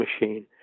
machine